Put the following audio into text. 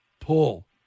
Pull